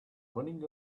running